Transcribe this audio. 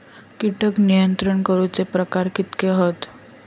कीटक नियंत्रण करूचे प्रकार कितके हत?